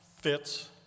fits